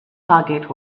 target